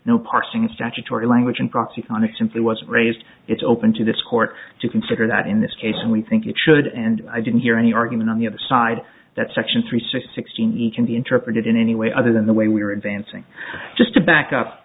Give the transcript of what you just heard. statutory language in proxy conduct since it was raised it's open to this court to consider that in this case and we think it should and i didn't hear any argument on the other side that section three six sixteen e can be interpreted in any way other than the way we were advancing just to back up